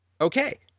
Okay